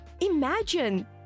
imagine